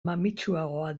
mamitsuagoa